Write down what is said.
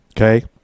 okay